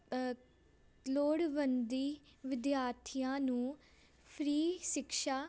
ਲੋੜਵੰਦ ਵਿਦਿਆਰਥੀਆਂ ਨੂੰ ਫਰੀ ਸ਼ਿਕਸ਼ਾ